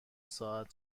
ساعت